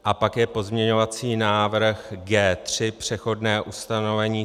A pak je pozměňovací návrh G3 přechodné ustanovení.